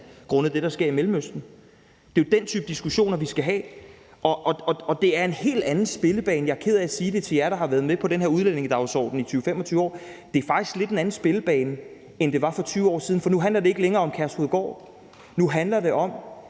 grundet det der sker i Mellemøsten? Det er jo den type diskussioner, vi skal have. Det er faktisk lidt en anden spillebane – jeg er ked af at sige det til jer, der har været med på denne her udlændingedagsorden i 20-25 år – end det var for 20 år siden, for nu handler det ikke længere om Kærshovedgård; nu handler det om